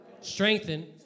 strengthen